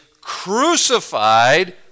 crucified